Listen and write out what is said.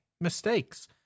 mistakes